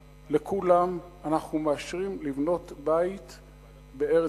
לכולם, אנחנו מאשרים לבנות בית בארץ-ישראל.